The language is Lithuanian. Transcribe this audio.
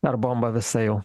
ar bomba visai jau